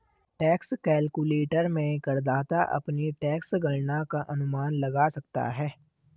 tax calculator में करदाता अपनी टैक्स गणना का अनुमान लगा सकता है